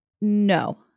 No